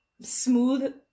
smooth